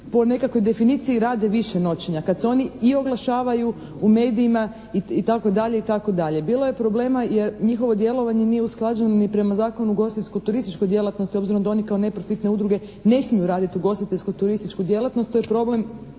po nekakvoj definiciji rade više noćenja, kad se oni i oglašavaju u medijima itd. Bilo je problema jer njihovo djelovanje nije usklađeno ni prema Zakonu o ugostiteljsko-turističkoj djelatnosti obzirom da oni kao neprofitne udruge ne smiju raditi ugostiteljsko-turističku djelatnost, to je problem